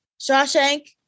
Shawshank